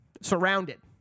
surrounded